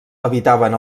habitaven